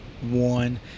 one